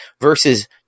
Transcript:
versus